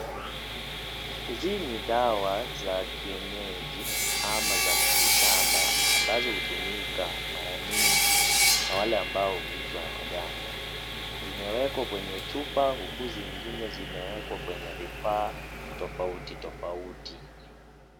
Hizi ni dawa za kienyeji ama za miti shamba, ambazo hutumika mara mingi na wale ambao huitwa waganga. Zimewekwa kwenye chupa, huku zingine zimewekwa kwenye vifaa tofauti tofauti.